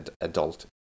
Adult